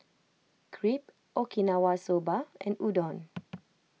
Crepe Okinawa Soba and Udon